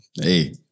Hey